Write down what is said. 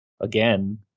again